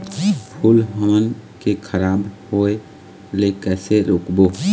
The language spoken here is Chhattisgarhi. फूल हमन के खराब होए ले कैसे रोकबो?